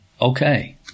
okay